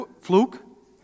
fluke